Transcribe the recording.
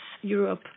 Europe